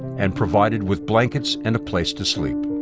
and provided with blankets and a place to sleep.